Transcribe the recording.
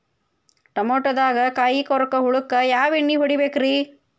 ಟಮಾಟೊದಾಗ ಕಾಯಿಕೊರಕ ಹುಳಕ್ಕ ಯಾವ ಎಣ್ಣಿ ಹೊಡಿಬೇಕ್ರೇ?